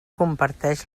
comparteix